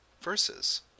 versus